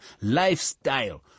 lifestyle